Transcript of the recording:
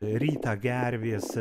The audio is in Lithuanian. rytą gervės